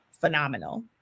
phenomenal